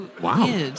Wow